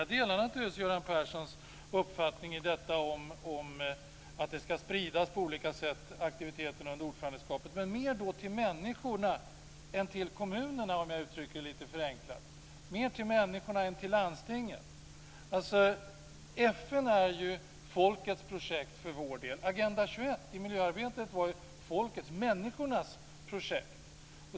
Jag delar naturligtvis Göran Perssons uppfattning att aktiviteterna under ordförandeskapet ska spridas på olika sätt. Men det ska vara mer till människorna än till kommunerna, om jag uttrycker det lite förenklat. Det ska vara mer till människorna än till landstingen. FN är folkets projekt för vår del. Agenda 21 i miljöarbetet var folkets, människornas, projekt.